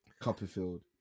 Copperfield